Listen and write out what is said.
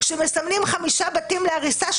שמסמנים חמישה בתים להריסה,